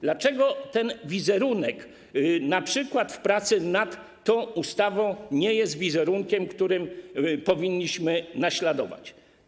Dlaczego ten wizerunek, np. w pracy nad tą ustawą, nie jest wizerunkiem, który powinniśmy naśladować?